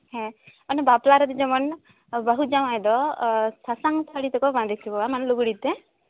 ᱦᱮᱸ ᱚᱱᱮ ᱵᱟᱯᱞᱟ ᱨᱮ ᱡᱮᱢᱚᱱ ᱵᱟᱹᱦᱩ ᱡᱟᱶᱟᱭ ᱫᱚ ᱥᱟᱥᱟᱝ ᱥᱟᱹᱲᱤ ᱛᱮᱠᱚ ᱵᱟᱸᱫᱮ ᱠᱚᱣᱟ ᱢᱟᱱᱮ ᱞᱩᱜᱽᱲᱤ ᱛᱮ